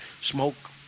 smoke